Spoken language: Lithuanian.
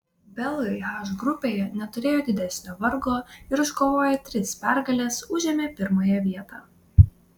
belgai h grupėje neturėjo didesnio vargo ir iškovoję tris pergales užėmė pirmąją vietą